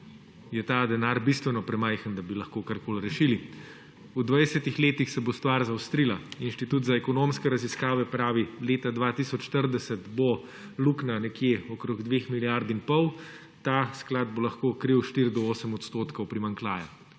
je ta denar bistveno premajhen, da bi lahko karkoli rešili. V 20 letih se bo stvar zaostrila. Inštitut za ekonomske raziskave pravi, leta 2040 bo luknja okoli 2 milijardi in pol, ta sklad bo lahko kril 4 do 8 % primanjkljaja.